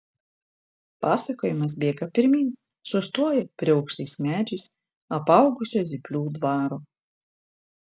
pasakojimas bėga pirmyn sustoja prie aukštais medžiais apaugusio zyplių dvaro